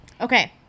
okay